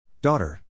Daughter